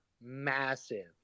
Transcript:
massive